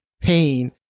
pain